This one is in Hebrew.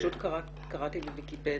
קראתי בוויקיפדיה.